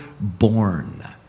born